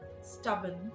Stubborn